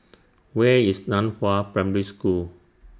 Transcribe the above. Where IS NAN Hua Primary School